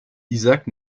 isaac